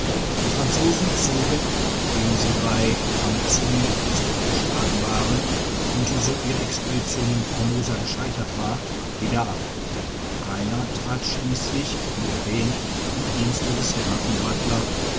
die franzosen zogen nachdem sie bei tamsui zurückgeschlagen waren und so ihre expedition in formosa gescheitert war wieder ab greiner trat schliesslich wie erwähnt in die dienste des grafen